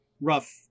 rough